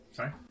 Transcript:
Sorry